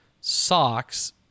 socks